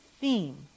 theme